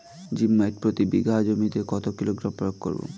Zip মাইট প্রতি বিঘা জমিতে কত কিলোগ্রাম প্রয়োগ করব?